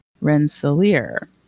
Rensselaer